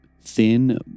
thin